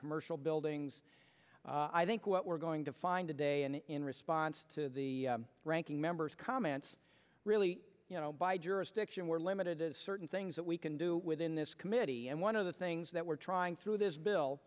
commercial buildings i think what we're going to find today and in response to the ranking members comments really you know by jurisdiction we're limited to certain things that we can do within this committee and one of the things that we're trying through this bill